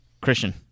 Christian